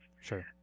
Sure